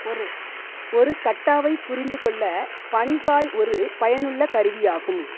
ஒரு ஒரு கட்டாவைப் புரிந்து கொள்ள பன்காய் ஒரு பயனுள்ள கருவியாகும்